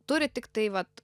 turi tiktai vat